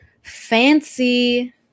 fancy